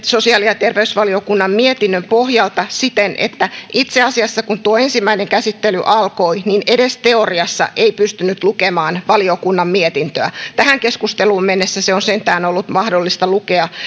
sosiaali ja terveysvaliokunnan mietinnön pohjalta siten että itse asiassa kun tuo ensimmäinen käsittely alkoi edes teoriassa ei pystynyt lukemaan valiokunnan mietintöä tähän keskusteluun mennessä se on sentään ollut mahdollista lukea